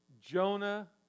Jonah